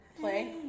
play